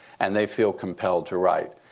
and they feel compelled to write.